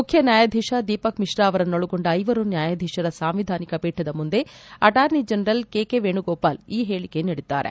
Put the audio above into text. ಮುಖ್ಯ ನ್ಯಾಯಾಧೀಶ ದೀಪಕ್ ಮಿಶ್ರಾ ಅವರನ್ನೊಳಗೊಂಡ ಐವರು ನ್ಯಾಯಾಧೀಶರ ಸಂವಿಧಾನಿಕ ಪೀಠದ ಮುಂದೆ ಅಣಾರ್ನಿ ಜನರಲ್ ಕೆಕೆ ವೇಣುಗೋಪಾಲ್ ಈ ಹೇಳಿಕೆ ನೀಡಿದ್ದಾರೆ